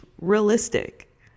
realistic